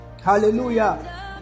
hallelujah